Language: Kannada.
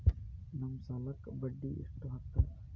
ನಮ್ ಸಾಲಕ್ ಬಡ್ಡಿ ಎಷ್ಟು ಹಾಕ್ತಾರ?